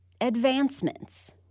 advancements